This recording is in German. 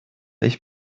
ich